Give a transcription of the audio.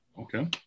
Okay